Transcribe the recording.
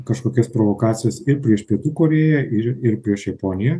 kažkokias provokacijas ir prieš pietų korėją ir ir prieš japoniją